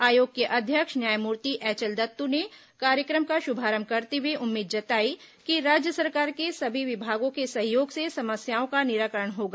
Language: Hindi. आयोग के अध्यक्ष न्यायमूर्ति एचएल दत्तू ने कार्यक्रम का शुभारंभ करते हुए उम्मीद जताई कि राज्य सरकार के सभी विभागों के सहयोग से समस्याओं का निराकरण होगा